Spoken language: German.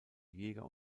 jäger